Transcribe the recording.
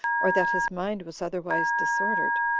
or that his mind was otherwise disordered,